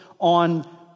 on